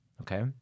Okay